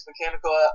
mechanical